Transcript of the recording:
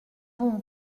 bon